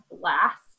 blast